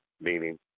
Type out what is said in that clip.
meaning